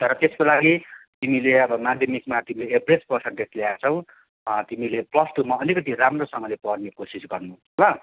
तर त्यसको लागि तिमीले अब माध्यमिकमा तिमीले एभरेज पर्सन्टेज ल्याएछौ तिमीले प्लस टूमा अलिकति राम्रोसँगले पढ्ने कोसिस गर्नू ल